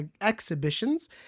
exhibitions